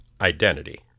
identity